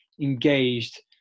engaged